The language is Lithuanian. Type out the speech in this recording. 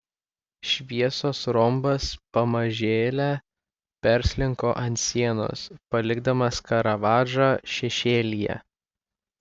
šviesos rombas pamažėle perslinko ant sienos palikdamas karavadžą šešėlyje